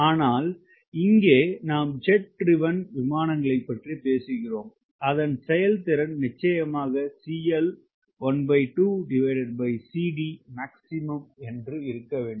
ஆனால் இங்கே நாம் ஜெட் டிரைவன் விமானங்களைப் பற்றி பேசுகிறோம் அதன் செயல்திறன் நிச்சயமாக maximum இருக்க வேண்டும்